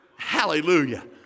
Hallelujah